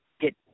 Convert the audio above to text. get